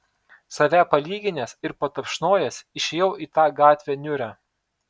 save palyginęs ir patapšnojęs išėjau į tą gatvę niūrią